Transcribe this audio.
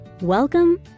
Welcome